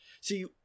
See